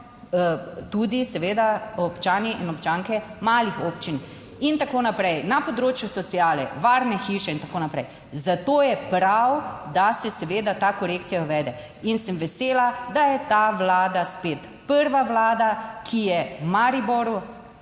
tudi seveda občani in občanke malih občin in tako naprej, na področju sociale varne hiše in tako naprej. Zato je prav, da se seveda ta korekcija uvede in sem vesela, da je ta Vlada spet prva vlada, ki je v Mariboru